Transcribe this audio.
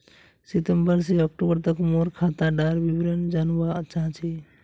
सितंबर से अक्टूबर तक मोर खाता डार विवरण जानवा चाहची?